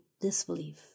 disbelief